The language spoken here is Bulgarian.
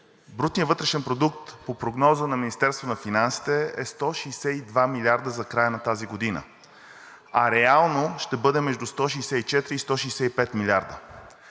брутният вътрешен продукт по прогноза на Министерството на финансите е 162 милиарда за края на тази година, а реално ще бъде между 164 и 165 милиарда.